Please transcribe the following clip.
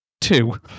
two